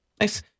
Nice